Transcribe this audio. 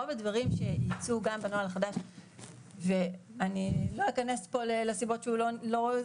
רוב הדברים שיצאו גם בנוהל החדש ואני לא אכנס פה לסיבות שבהן הוא לא.